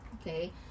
okay